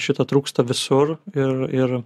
šito trūksta visur ir ir